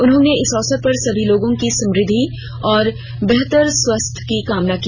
उन्होंने इस अवसर पर सभी लोगों की समृद्धि और बेहतर स्वास्थ्य की कामना की